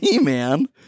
man